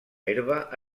herba